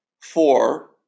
four